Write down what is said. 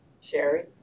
Sherry